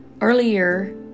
Earlier